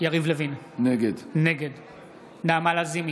יריב לוין, נגד נעמה לזימי,